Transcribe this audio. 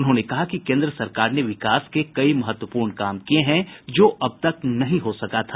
उन्होंने कहा कि केन्द्र सरकार ने विकास के कई महत्वपूर्ण काम किये हैं जो अबतक नहीं हो सका था